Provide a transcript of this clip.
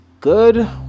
good